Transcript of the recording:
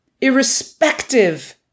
irrespective